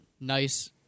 nice